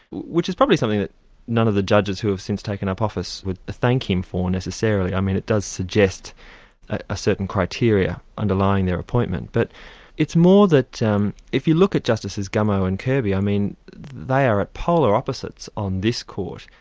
which is probably something that none of the judges who have since taken up office would thank him for necessarily. i mean it does suggest a certain criteria underlying an appointment. but it's more that um if you look at justices gummow and kirby i mean they are at polar opposites on this court,